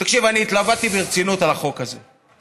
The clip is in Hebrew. תקשיב, אני התלבטתי ברצינות לגבי החוק הזה.